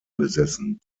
besessen